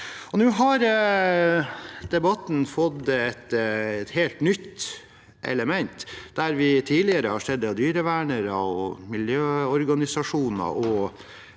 Nå har debatten fått et helt nytt element. Vi har tidligere sett dyrevernere, miljøorganisasjoner